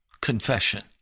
confession